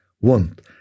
want